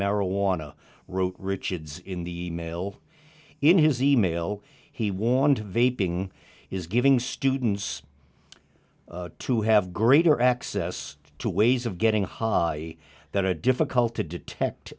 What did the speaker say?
marijuana wrote richards in the mail in his email he warned of a ping is giving students to have greater access to ways of getting high that are difficult to detect